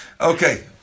Okay